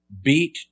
beat